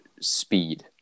speed